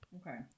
Okay